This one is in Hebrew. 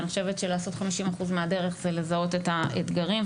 אני חושבת שלעשות 50% מהדרך זה לזהות את האתגרים,